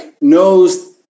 knows